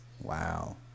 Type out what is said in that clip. Wow